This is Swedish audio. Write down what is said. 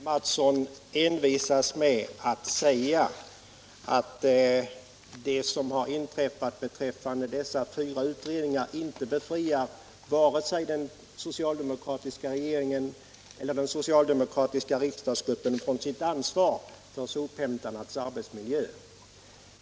Herr talman! Herr Mattsson envisas med att säga att det som har inträffat beträffande dessa fyra utredningar inte befriar vare sig den socialdemokratiska regeringen eller den socialdemokratiska riksdagsgruppen från deras ansvar för sophämtarnas arbetsmiljö.